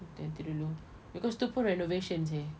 nanti nanti dulu because tu pun renovation seh